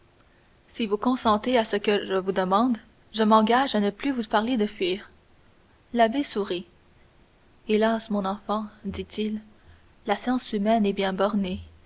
si vous consentez à ce que je vous demande je m'engage à ne plus vous parler de fuir l'abbé sourit hélas mon enfant dit-il la science humaine est bien bornée